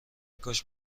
کاش